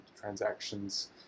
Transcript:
transactions